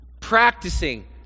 practicing